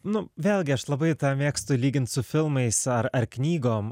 nu vėlgi aš labai mėgstu lygint su filmais ar ar knygom